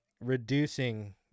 reducing